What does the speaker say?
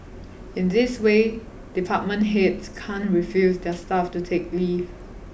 in this way department heads can't refuse their staff to take leave